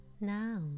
now